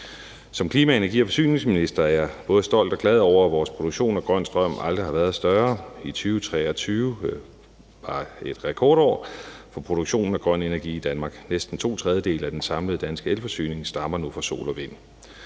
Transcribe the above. Som klima-, energi- og forsyningsminister er jeg både stolt og glad over, at vores produktionen af grøn strøm aldrig har været større. 2023 var et rekordår for produktionen af grøn energi i Danmark. Næsten to tredjedele af den samlede danske elforsyning stammer nu fra sol og vind.